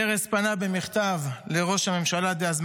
פרס פנה במכתב לראש הממשלה דאז,